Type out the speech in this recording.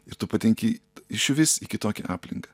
ir tu patenki išvis į kitokią aplinką